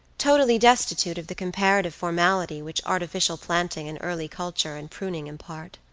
totally destitute of the comparative formality which artificial planting and early culture and pruning impart.